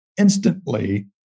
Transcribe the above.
instantly